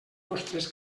vostres